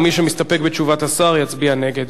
ומי שמסתפק בתשובת השר יצביע נגד.